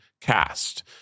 cast